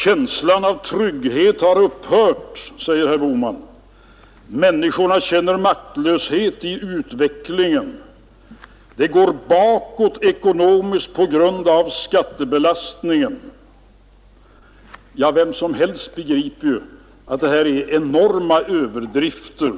Känslan av trygghet har upphört, säger herr Bohman, människorna känner maktlöshet inför utvecklingen, det går bakåt ekonomiskt på grund av skattebelastningen, etc. Ja, alla begriper att det här är fråga om enorma överdrifter.